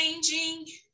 changing